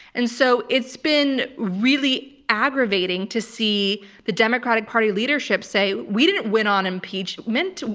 and so it's been really aggravating to see the democratic party leadership say, we didn't win on impeachment.